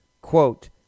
Quote